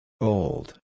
Old